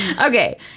Okay